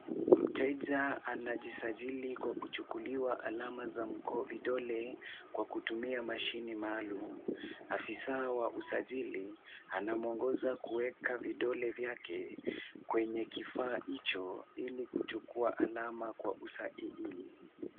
Mteja anajisajili kwa kuchukuliwa alama za vidole kwa kutumia mashine maalum. Afisa wa usajili anamwongoza kuweka vidole vyake kwenye kifaa hicho ili kuchukuwa alama kwa usahihi.